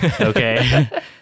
okay